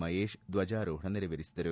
ಮಹೇಶ್ ಧ್ವಜಾರೋಹಣ ನೆರವೇರಿಸಿದರು